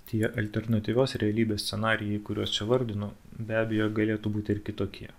tie alternatyvios realybės scenarijai kuriuos įvardinu be abejo galėtų būti ir kitokie